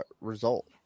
result